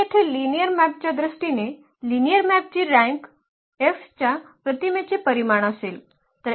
तर येथे लिनिअर मॅपच्या दृष्टीने लिनिअर मॅपची रँक F च्या प्रतिमेचे परिमाण असेल